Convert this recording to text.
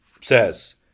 says